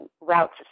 routes